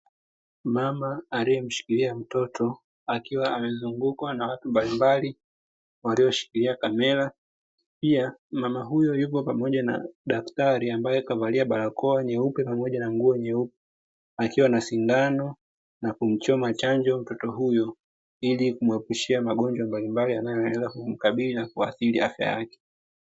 Mama aliye mshikilia mtoto akiwa amezungukwa na watu mbalilmbali walioshikila kamera, pia mama huyo yupo pamoja na daktari allievalia barakoa nyeupe pamoja nguo nyeupe, akiwa na sindano na kumchoma chanjo mtoto huyu ili kumuepushia magonjwa mablimbali, yanayoweza kumkabidhi na kuathiri afya yake.